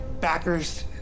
Backers